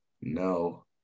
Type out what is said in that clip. No